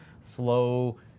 slow